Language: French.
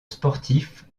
sportif